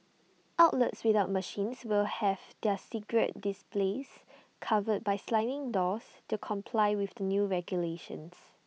outlets without machines will have their cigarette displays covered by sliding doors to comply with the new regulations